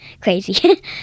crazy